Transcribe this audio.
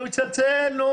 הוא יצלצל.